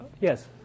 yes